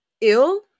ill